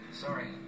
Sorry